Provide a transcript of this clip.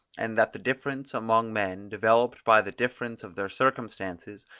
and that the difference among men, developed by the difference of their circumstances,